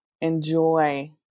enjoy